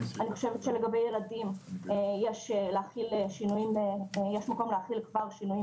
אני חושבת שלגבי ילדים יש מקום להחיל כבר שינויים